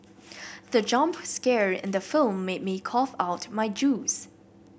the jump scare in the film made me cough out my juice